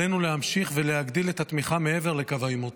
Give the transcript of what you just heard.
עלינו להמשיך ולהגדיל את התמיכה מעבר לקו העימות.